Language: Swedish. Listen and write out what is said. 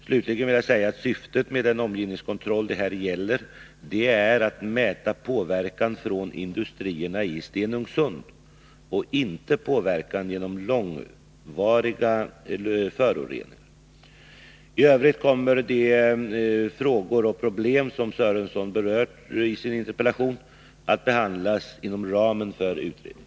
Slutligen vill jag säga att syftet med den omgivningskontroll det här gäller är att mäta påverkan från industrierna i Stenungsund och inte påverkan genom långvariga föroreningar. I övrigt kommer de frågor och problem som Lars-Ingvar Sörenson berör i sin interpellation att behandlas inom ramen för utredningen.